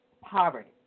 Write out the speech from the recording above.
poverty